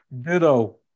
Ditto